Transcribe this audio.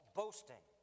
boasting